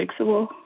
fixable